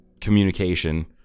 communication